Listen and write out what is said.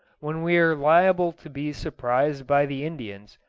when we are liable to be surprised by the indians,